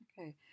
Okay